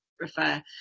refer